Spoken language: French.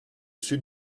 sud